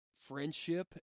friendship